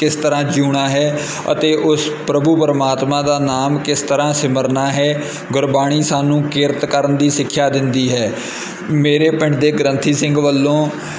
ਕਿਸ ਤਰ੍ਹਾਂ ਜਿਉਣਾ ਹੈ ਅਤੇ ਉਸ ਪ੍ਰਭੂ ਪਰਮਾਤਮਾ ਦਾ ਨਾਮ ਕਿਸ ਤਰ੍ਹਾਂ ਸਿਮਰਨਾ ਹੈ ਗੁਰਬਾਣੀ ਸਾਨੂੰ ਕਿਰਤ ਕਰਨ ਦੀ ਸਿੱਖਿਆ ਦਿੰਦੀ ਹੈ ਮੇਰੇ ਪਿੰਡ ਦੇ ਗ੍ਰੰਥੀ ਸਿੰਘ ਵੱਲੋਂ